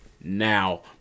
Now